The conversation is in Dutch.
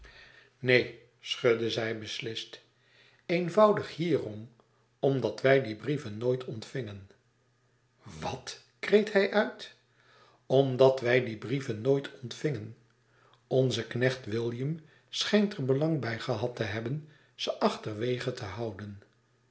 neen schudde zij beslist eenvoudig hierom omdat wij die brieven nooit ontvingen wat kreet hij uit omdat wij die brieven nooit ontvingen onze knecht william schijnt er belang bij gehad te hebben ze achterwege te houden